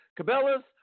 Cabela's